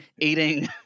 eating